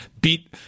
beat